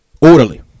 Orderly